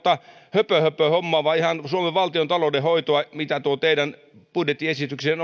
höpöhöpöhommaa vaan ihan suomen valtiontalouden hoitoa tuo teidän budjettiesityksenne